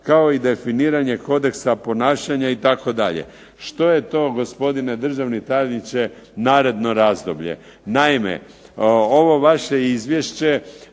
kao i definiranje kodeksa ponašanja, itd. Što je to gospodine državni tajniče naredno razdoblje?